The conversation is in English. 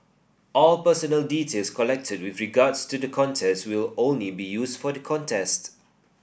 all personal details collected with regards to the contest will only be used for the contest